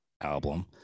album